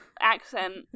accent